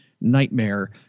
nightmare